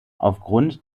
aufgrund